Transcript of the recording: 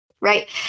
Right